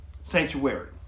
Sanctuary